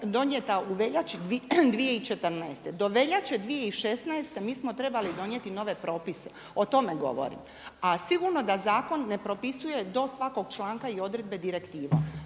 u veljači 2014., do veljače 2016. mi smo trebali donijeti nove propise. O tome govorim. A sigurno da zakon ne propisuje do svakog članka i odredbe direktiva